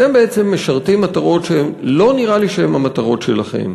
אתם משרתים מטרות שלא נראה לי שהן המטרות שלכם.